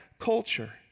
culture